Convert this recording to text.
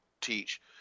teach